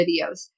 videos